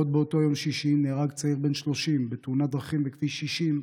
עוד באותו יום שישי נהרג צעיר בן 30 בתאונת דרכים בכביש 60,